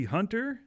Hunter